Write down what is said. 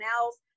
else